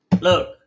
Look